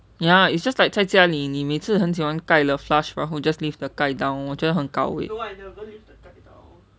ya it's just like 在家里你每次很喜欢盖了 flush 然后 just leave the 盖 down 我觉得很 gao wei